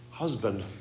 Husband